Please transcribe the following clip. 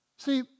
See